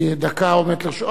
דקה עומדת לרשותך.